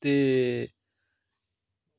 ते